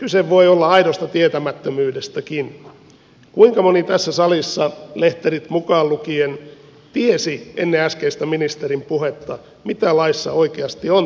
toki kyse voi olla aidosta tietämättömyydestäkin kuinka moni tässä salissa lehterit mukaan lukien tiesi ennen äskeistä ministerin puhetta mitä laissa oikeasti on tarkoitus säätää